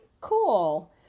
cool